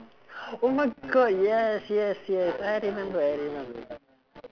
oh my god yes yes yes I remember I remember